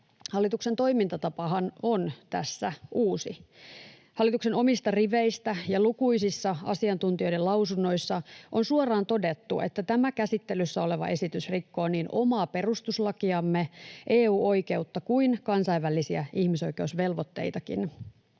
Hallituksen toimintatapahan on tässä uusi. Hallituksen omista riveistä ja lukuisissa asiantuntijoiden lausunnoissa on suoraan todettu, että tämä käsittelyssä oleva esitys rikkoo niin omaa perustuslakiamme, EU-oikeutta kuin kansainvälisiä ihmisoikeusvelvoitteitakin.